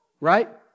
Right